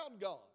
God